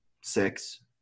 six